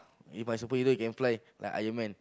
If my superhero like Iron-Man